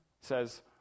says